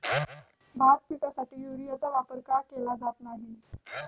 भात पिकासाठी युरियाचा वापर का केला जात नाही?